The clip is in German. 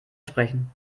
sprechen